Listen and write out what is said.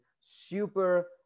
super